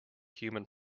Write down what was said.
human